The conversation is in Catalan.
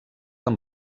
amb